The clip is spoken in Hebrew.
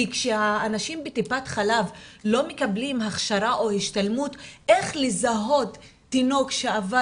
כשהאנשים בטיפת חלב לא מקבלים הכשרה או השתלמות איך לזהות תינוק שעבר